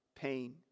pain